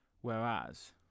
Whereas